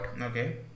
Okay